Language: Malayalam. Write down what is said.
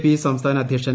പി സംസ്ഥാന അധ്യക്ഷൻ